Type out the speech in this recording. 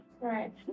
Right